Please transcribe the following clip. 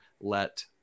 let